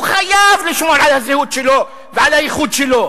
הוא חייב לשמור על הזהות שלו ועל הייחוד שלו,